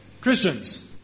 Christians